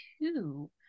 two